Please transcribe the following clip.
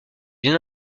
bien